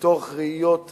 מתוך ראייה צרה,